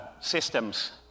systems